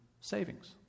savings